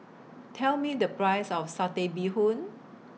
Tell Me The Price of Satay Bee Hoon